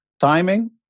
timing